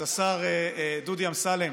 אז השר דודי אמסלם,